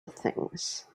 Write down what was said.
things